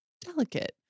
delicate